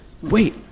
wait